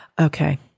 okay